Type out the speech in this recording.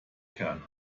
kern